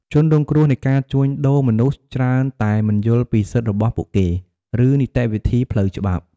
ជនរងគ្រោះនៃការជួញដូរមនុស្សច្រើនតែមិនយល់ពីសិទ្ធិរបស់ពួកគេ ឬនីតិវិធីផ្លូវច្បាប់។